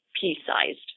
pea-sized